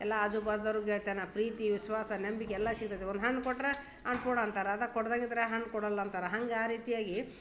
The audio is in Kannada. ಎಲ್ಲ ಆಜುಬಾಜ್ದವ್ರಿಗ್ ಹೇಳ್ತೇನೆ ಪ್ರೀತಿ ವಿಸ್ವಾಸ ನಂಬಿಕೆ ಎಲ್ಲ ಸಿಗ್ತೈತಿ ಒಂದು ಹಣ್ಣು ಕೊಟ್ಟರೆ ಅನ್ಪೂರ್ಣ ಅಂತಾರೆ ಅದ ಕೊಡ್ದಾಗಿದ್ದರೆ ಹಣ್ಣು ಕೊಡಲ್ಲ ಅಂತಾರ ಹಂಗೆ ಆ ರೀತಿಯಾಗಿ